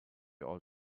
old